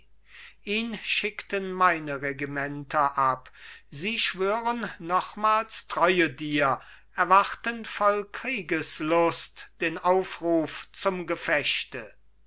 ihn schickten meine regimenter ab sie schwören nochmals treue dir erwarten voll kriegeslust den aufruf zum gefechte